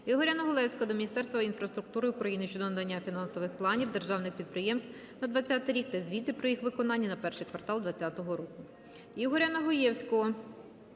Ігоря Негулевського до Міністерства інфраструктури України щодо надання фінансових планів державних підприємств на 2020 рік та звіти про їх виконання за перший квартал 2020 року.